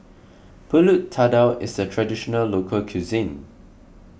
Pulut Tatal is a Traditional Local Cuisine